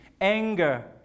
anger